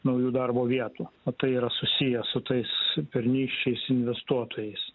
naujų darbo vietų o tai yra susiję su tais pernykščiais investuotojais